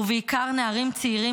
ובעיקר נערים צעירים,